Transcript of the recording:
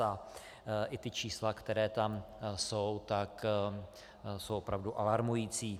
A i ta čísla, která tam jsou, jsou opravdu alarmující.